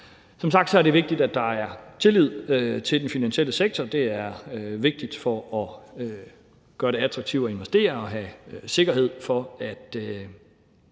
Som sagt er det vigtigt, at der er tillid til den finansielle sektor. Det er vigtigt for at gøre det attraktivt at investere og have sikkerhed for, at